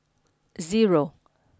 zero